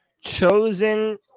Chosen